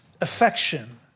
affection